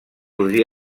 podria